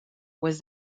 was